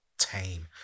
tame